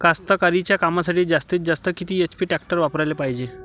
कास्तकारीच्या कामासाठी जास्तीत जास्त किती एच.पी टॅक्टर वापराले पायजे?